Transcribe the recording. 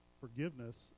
forgiveness